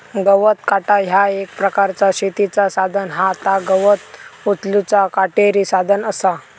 गवत काटा ह्या एक प्रकारचा शेतीचा साधन हा ता गवत उचलूचा काटेरी साधन असा